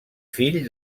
fill